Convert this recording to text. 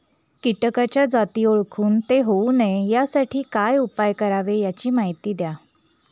किटकाच्या जाती ओळखून ते होऊ नये यासाठी काय उपाय करावे याची माहिती द्या